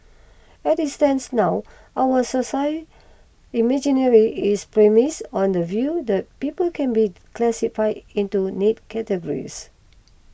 it is stands now our social imaginary is premised on the view that people can be classified into neat categories